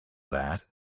that